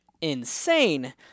insane